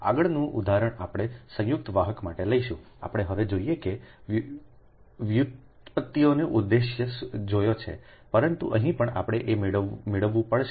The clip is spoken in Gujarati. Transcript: આગળનું ઉદાહરણ આપણે સંયુક્ત વાહક માટે લઈશું આપણે હવે જોયું છે તે વ્યુત્પત્તિઓનો ઉદ્દેશ્ય જોયો છે પરંતુ અહીં પણ આપણે આ મેળવવું પડશે